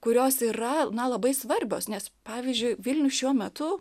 kurios yra na labai svarbios nes pavyzdžiui vilnius šiuo metu